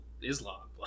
Islam